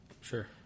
Sure